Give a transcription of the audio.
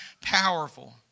powerful